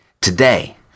today